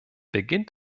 beginnt